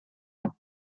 her